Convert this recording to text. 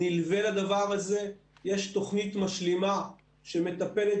נלווה לדבר הזה יש תוכנית משלימה שמטפלת